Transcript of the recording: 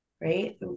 right